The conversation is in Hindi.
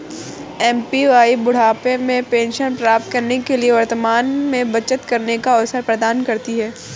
ए.पी.वाई बुढ़ापे में पेंशन प्राप्त करने के लिए वर्तमान में बचत करने का अवसर प्रदान करती है